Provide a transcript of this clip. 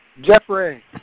Jeffrey